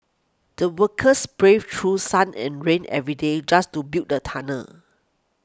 the workers braved through sun and rain every day just to build the tunnel